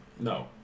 No